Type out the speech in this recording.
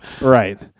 right